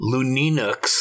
Luninux